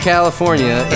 California